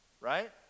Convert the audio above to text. right